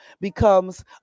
becomes